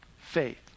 faith